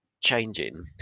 changing